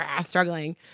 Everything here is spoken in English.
struggling